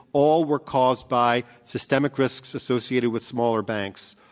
all were caused by systemic risks associated with smaller banks.